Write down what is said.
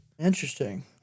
interesting